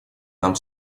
нам